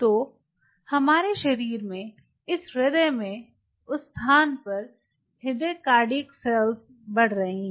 तो हमारे शरीर में इस हृदय में उस स्थान पर हृदय कार्डियक सेल्स बढ़ रही हैं